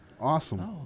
Awesome